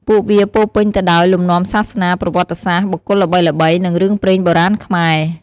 ពួកវាពោរពេញទៅដោយ លំនាំសាសនា ប្រវត្តិសាស្ត្រ បុគ្គលល្បីៗ និងរឿងព្រេងបុរាណខ្មែរ។